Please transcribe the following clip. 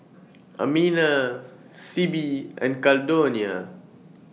Amina Sibbie and Caldonia